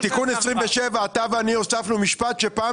בתיקון 27 אתה ואני הוספנו את המשפט שאומר שפעם